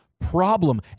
problem